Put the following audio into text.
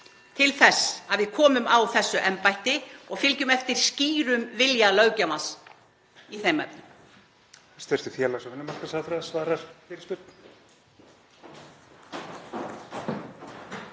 til þess að við komum á þessu embætti og fylgjum eftir skýrum vilja löggjafans í þeim efnum?